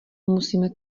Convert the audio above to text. musíme